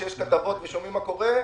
כשיש כתבות ושומעים מה קורה,